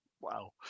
wow